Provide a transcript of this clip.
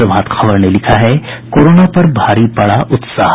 प्रभात खबर ने लिखा है कोरोना पर भारी पड़ा उत्साह